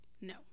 No